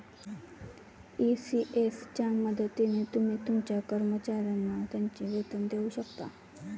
ECS च्या मदतीने तुम्ही तुमच्या कर्मचाऱ्यांना त्यांचे वेतन देऊ शकता